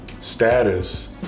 status